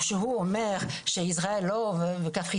כאשר הוא אומר שישראל וקפריסין,